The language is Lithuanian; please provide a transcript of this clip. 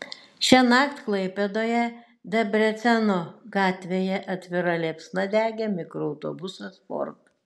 šiąnakt klaipėdoje debreceno gatvėje atvira liepsna degė mikroautobusas ford